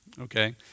Okay